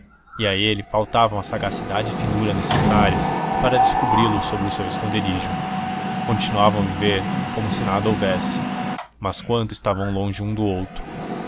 e a ele faltavam a sagacidade e finura necessárias para descobri los sob o seu esconderijo continuavam a viver como se nada houvesse mas quanto estavam longe um do outro